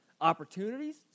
opportunities